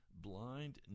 blind